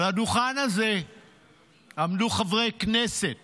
על הדוכן הזה עמדו חברי כנסת